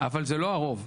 אבל זה לא הרוב,